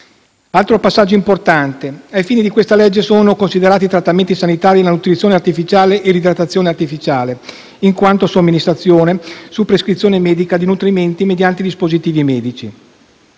Altro passaggio importante: «Ai fini della presente legge, sono considerati trattamenti sanitari la nutrizione artificiale e l'idratazione artificiale, in quanto somministrazione, su prescrizione medica, di nutrienti mediante dispositivi medici».